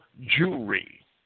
jewelry